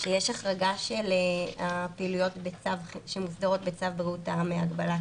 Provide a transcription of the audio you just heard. שיש החרגה של הפעילויות שמוסדרות בצו בריאות העם (הגבלת